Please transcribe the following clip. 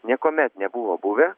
niekuomet nebuvo buvę